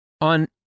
on